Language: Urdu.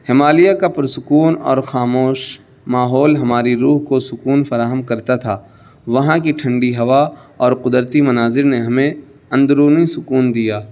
ہمالیہ کا پر سکون اور خاموش ماحول ہماری روح کو سکون فراہم کرتا تھا وہاں کی ٹھنڈی ہوا اور قدرتی مناظر نے ہمیں اندرونی سکون دیا